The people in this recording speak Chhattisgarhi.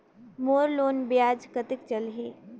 मोर लोन ब्याज कतेक चलही?